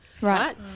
Right